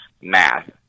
math